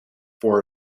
for